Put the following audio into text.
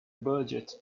budget